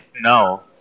No